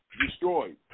destroyed